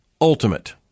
ultimate